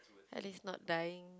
at least not dying